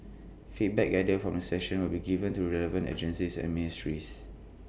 feedback gathered from the session will be given to the relevant agencies and ministries